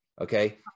okay